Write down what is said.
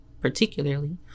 particularly